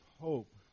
hope